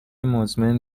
مزمن